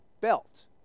belt